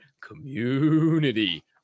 community